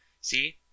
See